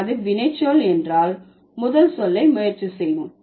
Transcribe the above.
அது வினைச்சொல் என்றால் முதல் சொல்லை முயற்சி செய்வோம்